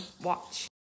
watch